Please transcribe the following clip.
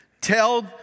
tell